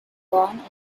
born